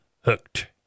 hooked